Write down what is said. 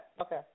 okay